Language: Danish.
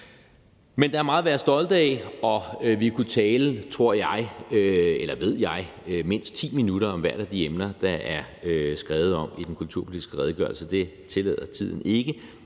Men der er meget at være stolt af, og jeg ved, at vi kunne tale mindst 10 minutter om hvert af de emner, der er skrevet om i den kulturpolitiske redegørelse. Det tillader tiden ikke.